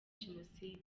jenoside